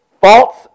False